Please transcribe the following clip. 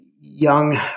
young